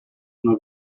una